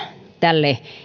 tälle